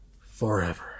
forever